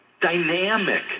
dynamic